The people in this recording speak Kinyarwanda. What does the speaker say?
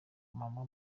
amama